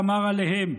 ואמר אלהם,